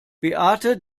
beate